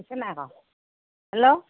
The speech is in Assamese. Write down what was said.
আছেনে নাই আকৌ হেল্ল'